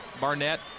Barnett